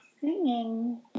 singing